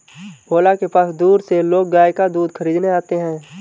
भोला के पास दूर से लोग गाय का दूध खरीदने आते हैं